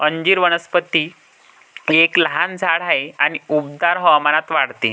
अंजीर वनस्पती एक लहान झाड आहे आणि उबदार हवामानात वाढते